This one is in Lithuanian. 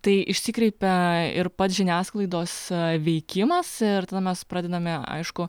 tai išsikreipia ir pats žiniasklaidos veikimas ir tada mes pradedame aišku